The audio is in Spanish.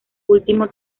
último